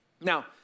Now